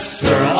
sir